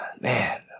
Man